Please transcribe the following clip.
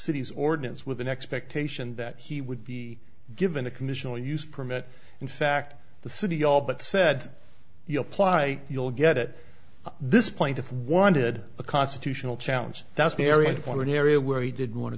city's ordinance with an expectation that he would be given a conditional use permit in fact the city all but said you apply you'll get at this point if wanted a constitutional challenge that's very important area where he didn't want to